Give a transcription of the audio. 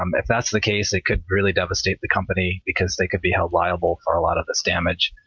um if that's the case, it could really devastate the company, because they could be held liable for a lot of this damage.